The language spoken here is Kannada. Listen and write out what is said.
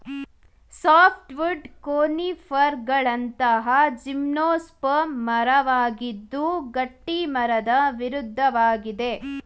ಸಾಫ್ಟ್ವುಡ್ ಕೋನಿಫರ್ಗಳಂತಹ ಜಿಮ್ನೋಸ್ಪರ್ಮ್ ಮರವಾಗಿದ್ದು ಗಟ್ಟಿಮರದ ವಿರುದ್ಧವಾಗಿದೆ